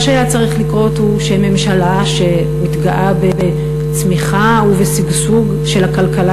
מה שהיה צריך לקרות הוא שממשלה שמתגאה בצמיחה ובשגשוג של הכלכלה